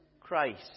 Christ